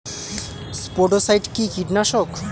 স্পোডোসাইট কি কীটনাশক?